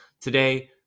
today